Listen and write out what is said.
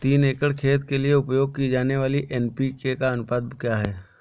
तीन एकड़ खेत के लिए उपयोग की जाने वाली एन.पी.के का अनुपात क्या है?